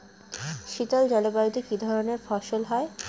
শীতল জলবায়ুতে কি ধরনের ফসল হয়?